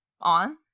on